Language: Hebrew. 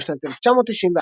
בשנת 1991,